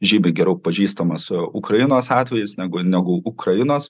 žymiai geriau pažįstamas ukrainos atvejis negu negu ukrainos